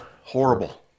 Horrible